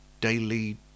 Daily